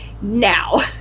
now